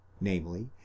namely